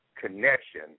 connection